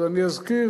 אז אני אזכיר,